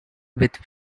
with